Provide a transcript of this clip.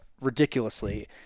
ridiculously